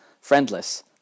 friendless